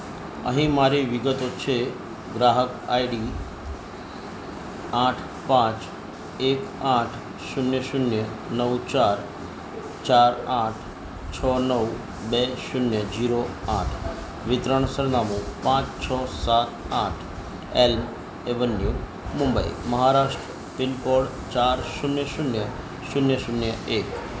અહીં મારી વિગતો છે ગ્રાહક આઈડી આઠ પાંચ એક આઠ શૂન્ય શૂન્ય નવ ચાર ચાર આઠ છો નવ બે શૂન્ય ઝીરો આઠ વિતરણ સરનામું પાંચ છો સાત આઠ Elm Avenue Mumbai Maharashtra pin code ચાર શૂન્ય શૂન્ય શૂન્ય શૂન્ય એક